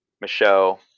Michelle